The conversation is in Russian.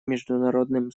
международным